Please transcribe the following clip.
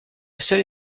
seule